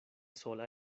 sola